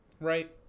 right